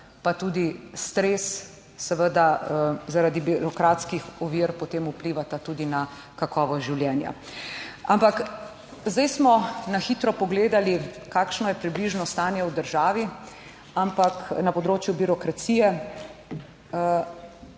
pa tudi stres seveda zaradi birokratskih ovir potem vplivata tudi na kakovost življenja. Ampak zdaj smo na hitro pogledali, kakšno je približno stanje v državi. Ampak na področju birokracije